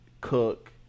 Cook